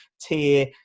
tier